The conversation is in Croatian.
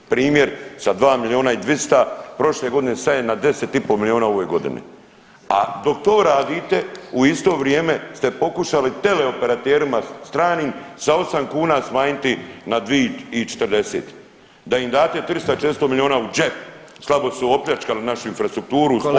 Primjer sa 2 milijuna i 200 prošle godine sad je na 10,5 milijuna u ovoj godini, a dok to radite u isto vrijeme ste pokušali teleoperaterima stranim sa osam kuna smanjiti na 2.40, da im date 300, 400 milijuna u džep, slabo su opljačkali našu infrastrukturu [[Upadica predsjednik: Kolega Bulj hvala vam lijepa.]] uz pomoć